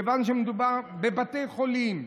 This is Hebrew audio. מכיוון שמדובר בבתי חולים,